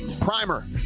primer